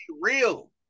real